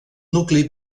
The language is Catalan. nucli